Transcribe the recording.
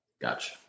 gotcha